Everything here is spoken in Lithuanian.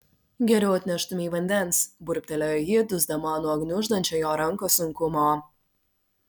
geriau atneštumei vandens burbtelėjo ji dusdama nuo gniuždančio jo rankos sunkumo